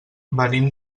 venim